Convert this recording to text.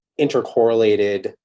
intercorrelated